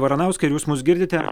varanauskai ar jūs mus girdite